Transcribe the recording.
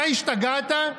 אתה השתגעת?